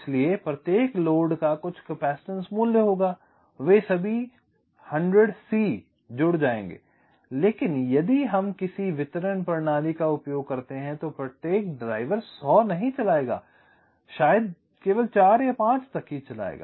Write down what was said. इसलिए प्रत्येक लोड का कुछ कैपेसिटेंस मूल्य होगा वे सभी 100c जुड़ जाएंगे लेकिन यदि हम किसी वितरण प्रणाली का उपयोग करते हैं तो प्रत्येक ड्राइवर 100 नहीं चलाएगा लेकिन शायद केवल 4 या 5 तक हीं चलाएगा